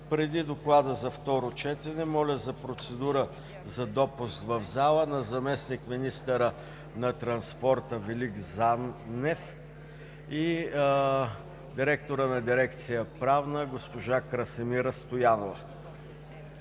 Преди Доклада за второ четене, моля за процедура за допуск в залата на заместник-министъра на транспорта Велик Занчев и директора на дирекция „Правна“ госпожа Красимира Стоянова.